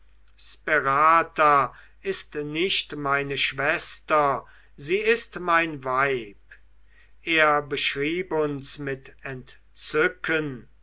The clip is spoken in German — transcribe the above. sperata ist nicht meine schwester sie ist mein weib er beschrieb uns mit entzücken